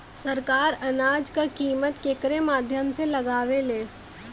सरकार अनाज क कीमत केकरे माध्यम से लगावे ले?